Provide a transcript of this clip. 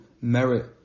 merit